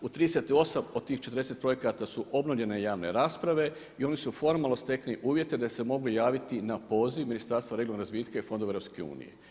U 38 od tih 40 projekata su obnovljene javne rasprave i oni su formalno stekli uvjete da se mogu javiti na poziv Ministarstva regionalnog razvitka i fondova EU.